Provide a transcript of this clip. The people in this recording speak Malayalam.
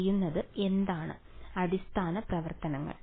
വിദ്യാർത്ഥി അടിസ്ഥാന പ്രവർത്തനങ്ങൾ